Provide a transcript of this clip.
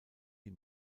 die